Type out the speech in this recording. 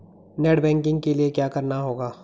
Net banking के लिए क्या करना होगा?